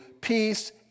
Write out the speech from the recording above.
peace